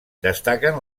destaquen